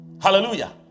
hallelujah